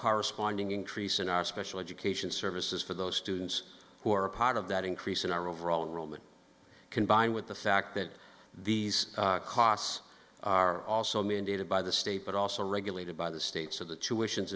corresponding increase in our special education services for those students who are part of that increase in our overall roman combined with the fact that these costs are also mandated by the state but also regulated by the states of the t